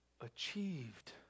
achieved